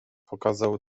pokazał